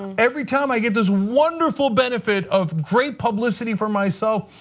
every time i get this wonderful benefit of great publicly for myself,